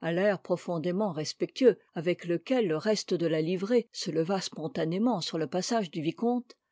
à l'air profondément respectueux avec lequel le reste de la livrée se leva spontanément sur le passage du vicomte